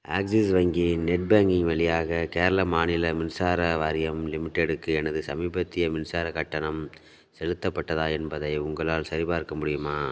axis வங்கி net banking வழியாக கேரள மாநில மின்சார வாரியம் லிமிடெட் க்கு எனது சமீபத்திய மின்சாரக் கட்டணம் செலுத்தப்பட்டதா என்பதை உங்களால் சரிபார்க்க முடியுமா